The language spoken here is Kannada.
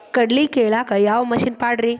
ಕಡ್ಲಿ ಕೇಳಾಕ ಯಾವ ಮಿಷನ್ ಪಾಡ್ರಿ?